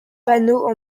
panneaux